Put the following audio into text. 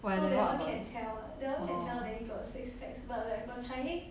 what leh what about oh